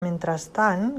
mentrestant